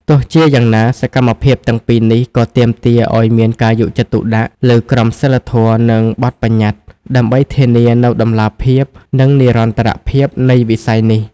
ទោះជាយ៉ាងណា សកម្មភាពទាំងពីរនេះក៏ទាមទារឲ្យមានការយកចិត្តទុកដាក់លើ ក្រមសីលធម៌ និងបទប្បញ្ញត្តិ ដើម្បីធានានូវតម្លាភាព និងនិរន្តរភាពនៃវិស័យនេះ។